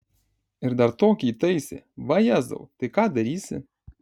ir dar tokį įtaisė vajezau tai ką darysi